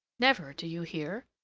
never, do you hear?